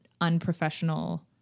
unprofessional